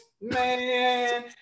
Man